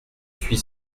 suis